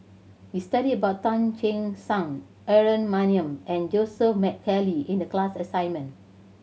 we studied about Tan Che Sang Aaron Maniam and Joseph McNally in the class assignment